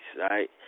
right